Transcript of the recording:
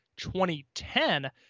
2010